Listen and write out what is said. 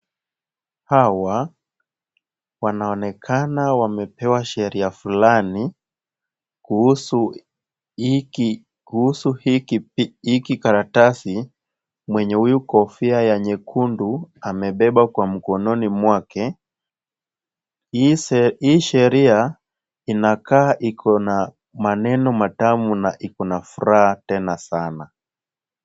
Hawa wanaonekana wamepewa sheria fulani kuhusu hiki karatasi mwenye huyu kofia ya nyekudu amebeba kwa mkononi mwake. Hii sheria inakaa iko na maneno matamu na iko na furaha tena sana.